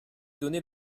donner